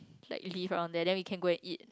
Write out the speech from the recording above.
like leave around there then we can go and eat